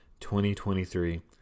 2023